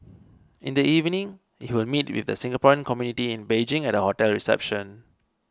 in the evening he will meet with the Singaporean community in Beijing at a hotel reception